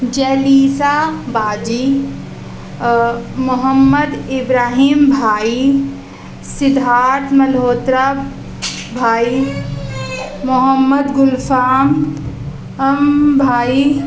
جلیسہ باجی محمد ابراہیم بھائی سدھارتھ ملہوترا بھائی محمد گلفام بھائی